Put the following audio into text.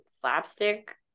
slapstick